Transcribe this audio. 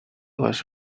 was